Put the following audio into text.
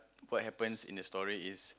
what happens in the story is